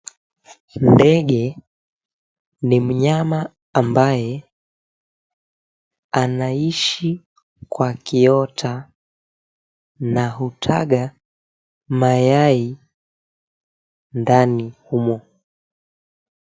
Ndege ni mnyama ambaye anaishi kwa kiota na hutaga mayai ndani humo.